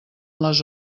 les